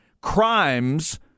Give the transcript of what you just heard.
crimes